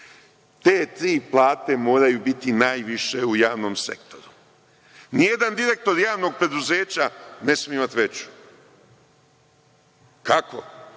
Te tri plate moraju biti najviše u javnom sektoru. Nijedan direktor javnog preduzeća ne sme imati veću. Kako